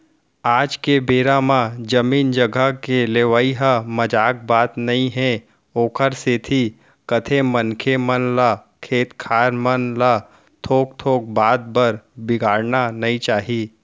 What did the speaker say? आज के बेरा म जमीन जघा के लेवई ह मजाक बात नई हे ओखरे सेती कथें मनखे मन ल खेत खार मन ल थोक थोक बात बर बिगाड़ना नइ चाही